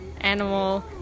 animal